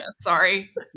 Sorry